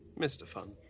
mr. funn.